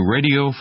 Radio